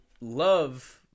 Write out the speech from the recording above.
love